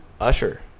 Usher